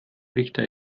richter